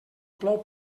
plou